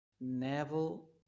navel